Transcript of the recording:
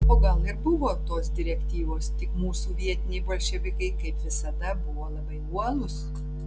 o gal ir buvo tos direktyvos tik mūsų vietiniai bolševikai kaip visada buvo labai uolūs